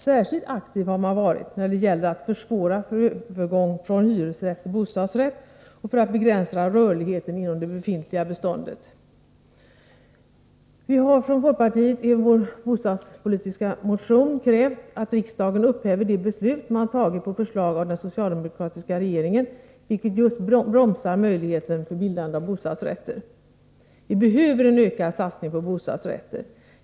Särskilt aktiv har man varit när det gäller att försvåra för övergång från hyresrätt till bostadsrätt och för att begränsa rörligheten inom det befintliga beståndet. Vi har från folkpartiet i vår bostadpolitiska motion krävt att riksdagen upphäver de beslut man tagit på förslag av den socialdemokratiska regeringen, vilka just bromsar möjligheten till bildande av bostadsrätter. Vi behöver en ökad satsning på bostadsrätter.